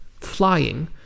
flying